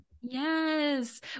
Yes